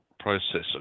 process